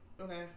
okay